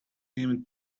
him